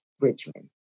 Richmond